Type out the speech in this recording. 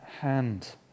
hand